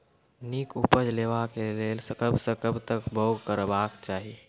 नीक उपज लेवाक लेल कबसअ कब तक बौग करबाक चाही?